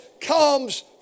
comes